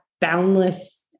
boundless